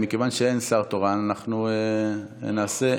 מכיוון שאין שר תורן, אנחנו נעשה,